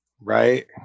Right